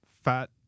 fat